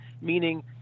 meaning